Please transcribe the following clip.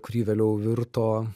kuri vėliau virto